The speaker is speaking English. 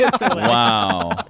Wow